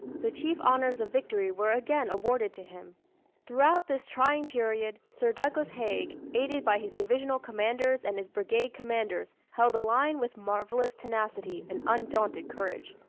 the chief honors of victory were again awarded to him throughout this trying period, sir douglas haig, aided by his divisional commanders and his brigade commanders, held the line with marvelous tenacity and undaunted courage.